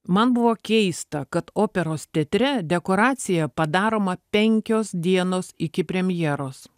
man buvo keista kad operos teatre dekoracija padaroma penkios dienos iki premjeros